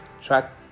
track